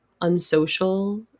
unsocial